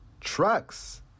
trucks